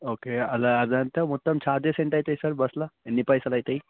okay అలా అదంతా మొత్తం చార్జెస్ ఎంత అయితాయి సార్ బస్లో ఎన్ని పైసలు అవుతాయి